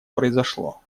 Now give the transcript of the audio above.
произошло